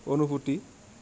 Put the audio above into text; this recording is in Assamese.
অনুভূতি